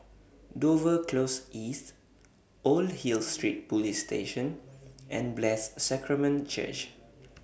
Dover Close East Old Hill Street Police Station and Blessed Sacrament Church